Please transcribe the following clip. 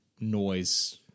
noise